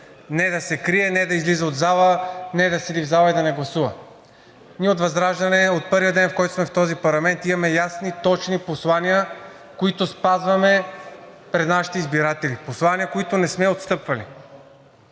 Не да се крие, не да излиза от залата, не да седи в залата и да не гласува. Ние от ВЪЗРАЖДАНЕ от първия ден, в който сме в този парламент, имаме ясни и точни послания, които спазваме пред нашите избиратели, послания, от които не сме отстъпвали.